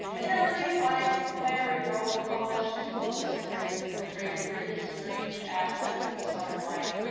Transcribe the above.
in her brief life, flannery wrote and published two books of stories that portrayed a gritty strange aspect of southern life,